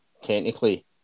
technically